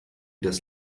das